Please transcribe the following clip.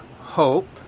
hope